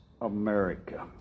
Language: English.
America